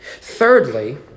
Thirdly